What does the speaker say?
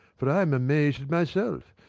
for i am amazed at myself!